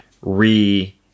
Re